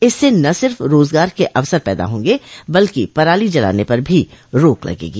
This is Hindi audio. इससे न सिर्फ रोजगार के अवसर पैदा होंगे बल्कि पराली जलाने पर भी रोक लगेगी